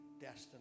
destiny